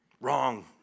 Wrong